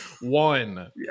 One